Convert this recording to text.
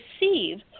receive